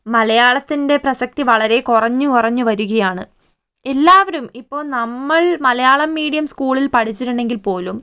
മലയാളത്തിൻ്റെ പ്രസക്തി വളരെ കുറഞ്ഞു കുറഞ്ഞു വരികയാണ് എല്ലാവരും ഇപ്പൊൾ നമ്മൾ മലയാളം മീഡിയം സ്കൂളിൽ പഠിച്ചിട്ടുണ്ടെങ്കിൽ പോലും